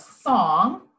song